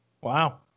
Wow